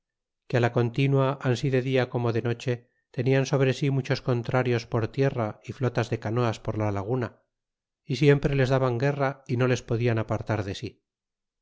que á la continua ansi de dia como de noche tenian sobre si muchos contrarios por tierra y flotas de canoas por la laguna y siempre les daban guerra y no les podian apartar de sí